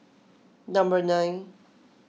number nine